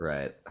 Right